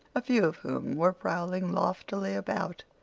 a few of whom were prowling loftily about,